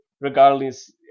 regardless